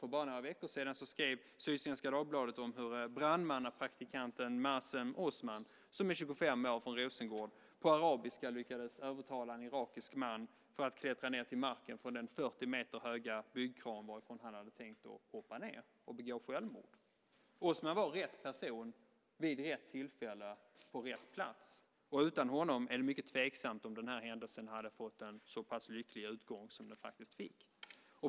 För bara några veckor sedan skrev Sydsvenska Dagbladet om hur brandmannapraktikanten Mazen Osman, 25 år, från Rosengård på arabiska lyckades övertala en irakisk man att klättra ned till marken från den 40 meter höga byggkran varifrån han hade tänkt hoppa ned och begå självmord. Osman var rätt person vid rätt tillfälle och på rätt plats. Utan honom är det mycket tveksamt om den här händelsen hade fått en så pass lycklig utgång som den faktiskt fick.